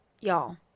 y'all